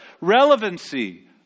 relevancy